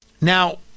Now